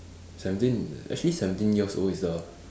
seventeen actually seventeen years old is the